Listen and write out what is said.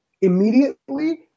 immediately